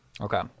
okay